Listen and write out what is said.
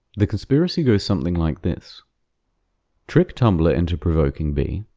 the conspiracy goes something like this trick tumblr into provoking b,